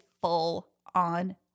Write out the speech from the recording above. full-on